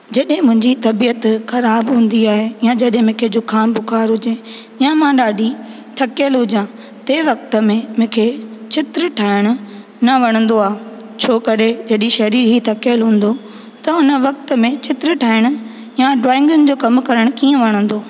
जॾहिं मुंहिंजी तबियत ख़राबु हूंदी आहे यां जॾहिं मूंखे जुकाम बुखार हुजे यां मां ॾाढी थकियल हुजां ते वक़्ति में मूंखे चित्र ठाहिणु न वणंदो आहे छो करे जॾहिं शरीर ई थकियल हूंदो त उन वक़्ति में चित्र ठाहिणु यां ड्रॉईंगुनि जो कमु करणु कीअं वणंदो